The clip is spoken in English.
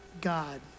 God